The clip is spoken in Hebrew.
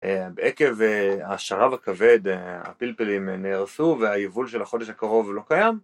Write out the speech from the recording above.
בעקב השרב הכבד הפלפלים נהרסו והייבול של החודש הקרוב לא קיים.